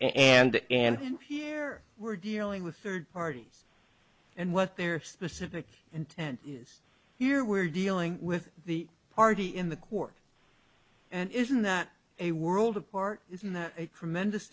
and and here we're dealing with third parties and what their specific intent is here we're dealing with the party in the court and isn't that a world apart isn't that a tremendous